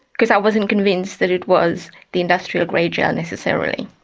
because i wasn't convinced that it was the industrial grade gel necessarily.